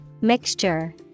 Mixture